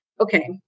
okay